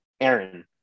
Aaron